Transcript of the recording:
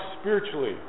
spiritually